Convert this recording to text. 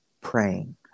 praying